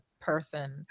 person